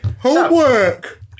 Homework